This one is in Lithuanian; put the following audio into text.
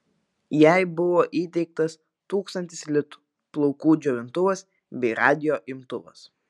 jai buvo įteiktas tūkstantis litų plaukų džiovintuvas bei radijo imtuvas